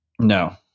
No